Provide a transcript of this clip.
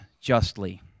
justly